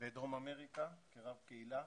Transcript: בדרום אמריקה, כרב קהילה,